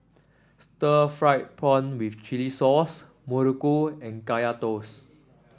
Stir Fried Prawn with chili